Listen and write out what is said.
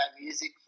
music